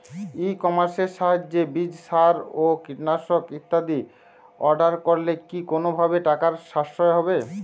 ই কমার্সের সাহায্যে বীজ সার ও কীটনাশক ইত্যাদি অর্ডার করলে কি কোনোভাবে টাকার সাশ্রয় হবে?